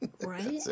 right